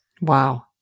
Wow